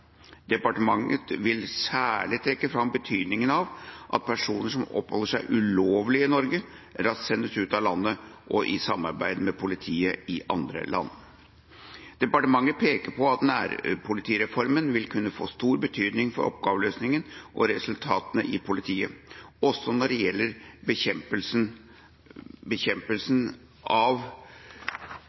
Departementet vil særlig trekke fram betydninga av at personer som oppholder seg ulovlig i Norge, raskt sendes ut av landet – i samarbeid med politiet i andre land. Departementet peker på at nærpolitireformen vil kunne få stor betydning for oppgaveløsninga og resultatene i politiet også når det gjelder bekjempelsen av